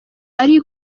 ariyo